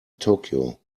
tokyo